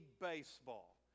baseball